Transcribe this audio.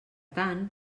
tant